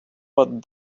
but